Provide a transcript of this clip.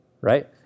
Right